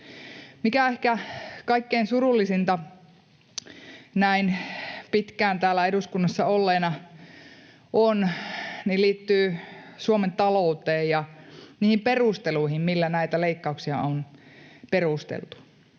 Mikä ehkä on kaikkein surullisinta, näin pitkään täällä eduskunnassa olleena, liittyy Suomen talouteen ja niihin perusteluihin, millä näitä leikkauksia on perusteltu.